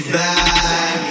back